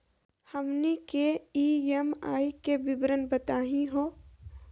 हमनी के ई.एम.आई के विवरण बताही हो?